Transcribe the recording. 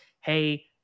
hey